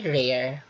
rare